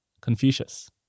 Confucius